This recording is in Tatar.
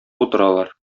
утыралар